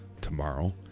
tomorrow